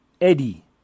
eddie